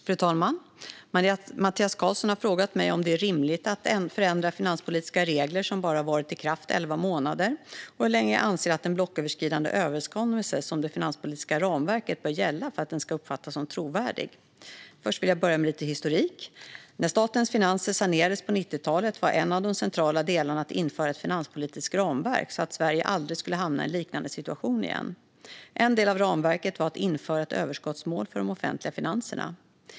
Fru talman! har frågat mig om det är rimligt att förändra finanspolitiska regler som bara har varit i kraft i elva månader och hur länge jag anser att en blocköverskridande överenskommelse som det finanspolitiska ramverket bör gälla för att den ska uppfattas som trovärdig. Först vill jag börja med lite historik. När statens finanser sanerades på 90-talet var en av de centrala delarna att införa ett finanspolitiskt ramverk så att Sverige aldrig skulle hamna i en liknande situation igen. En del av ramverket var att införa ett överskottsmål för de offentliga finanserna.